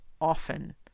often